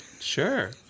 sure